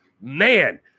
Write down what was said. man